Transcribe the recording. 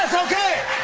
okay!